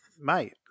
Mate